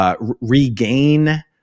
regain